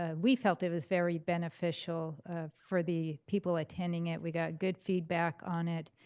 ah we felt it was very beneficial for the people attending it. we got good feedback on it.